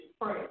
pray